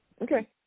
Okay